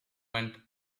went